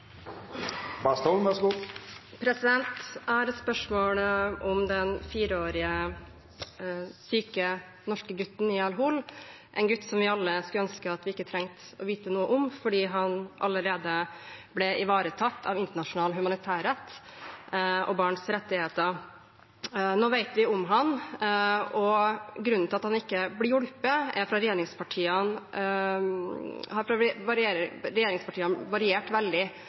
viktig i så måte. Jeg har et spørsmål om den fireårige, syke, norske gutten i Al Hol – en gutt vi alle skulle ønsket at vi ikke hadde trengt å vite noe om, fordi han allerede ble ivaretatt av internasjonal humanitærrett og barns rettigheter. Nå vet vi om ham. Begrunnelsene for hvorfor han ikke blir hjulpet, har fra regjeringspartienes side variert veldig.